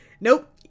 Nope